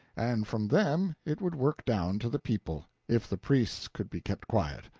and from them it would work down to the people, if the priests could be kept quiet.